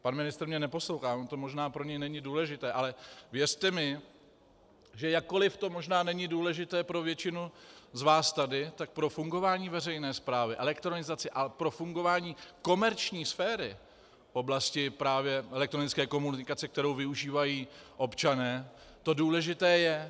Pan ministr mě neposlouchá, ono to možná pro něj není důležité, ale věřte mi, že jakkoli to možná není důležité pro většinu z vás tady, tak pro fungování veřejné správy, elektronizaci a pro fungování komerční sféry v oblasti právě elektronické komunikace, kterou využívají občané, to důležité je.